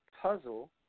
puzzle